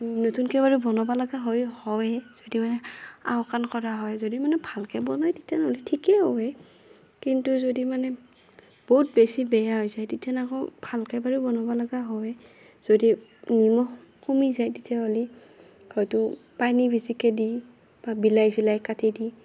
নতুনকৈ বাৰু বনব লগা হৈ হয় যদি মানে আওকাণ কৰা হয় যদি মানে ভালকৈ বনে তিতান হ'লে ঠিকে হয় কিন্তু যদি মানে বহুত বেছি বেয়া হৈ যায় তিতেন আকৌ ভালকৈ বাৰু বনাব লগা হয় যদি নিমখ কমি যায় তিতে হ'লে হয়তো পানী বেছিকৈ দি বা বিলাহী চিলাহী কাটি দি